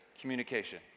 communication